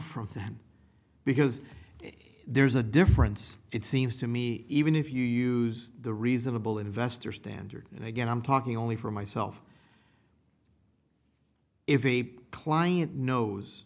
from them because if there's a difference it seems to me even if you use the reasonable investor standard and again i'm talking only for myself if a client knows